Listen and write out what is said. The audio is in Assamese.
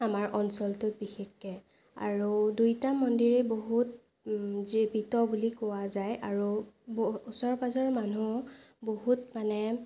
আমাৰ অঞ্চলটোত বিশেষকৈ আৰু দুইটা মন্দিৰত বহুত জীৱিত বুলি কোৱা যায় আৰু ওচৰে পাজৰে মানুহ বহুত মানে